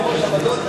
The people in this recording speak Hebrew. הוועדות,